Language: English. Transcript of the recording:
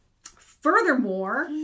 Furthermore